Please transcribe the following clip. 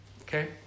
Okay